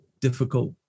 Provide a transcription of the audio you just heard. difficult